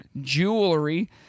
jewelry